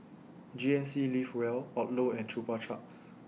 G N C Live Well Odlo and Chupa Chups